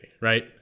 right